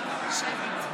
הוא העביר לך?